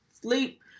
sleep